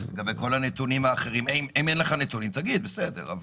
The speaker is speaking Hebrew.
אם אין לך נתונים, תגיד, זה בסדר.